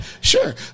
sure